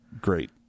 Great